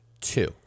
two